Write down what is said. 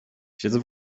siedzę